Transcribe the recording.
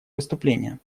выступления